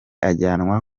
ajyanwa